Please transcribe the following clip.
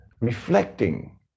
reflecting